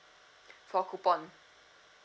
for coupon